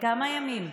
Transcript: לכמה ימים?